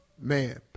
man